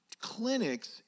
clinics